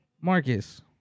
Marcus